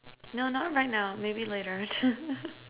no not right now maybe later